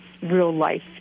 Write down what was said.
real-life